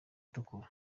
itukura